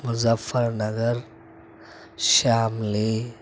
Muzaffar Nagar Shamli